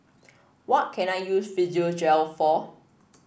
what can I use Physiogel for